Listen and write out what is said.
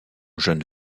jeune